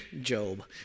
Job